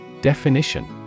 Definition